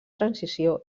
transició